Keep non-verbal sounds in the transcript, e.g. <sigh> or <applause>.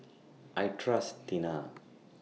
<noise> I Trust Tena